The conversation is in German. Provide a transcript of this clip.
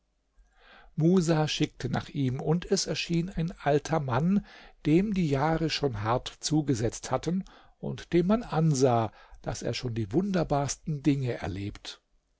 musa schickte nach ihm und es erschien ein alter mann dem die jahre schon hart zugesetzt hatten und dem man ansah daß er schon die wunderbarsten dinge erlebt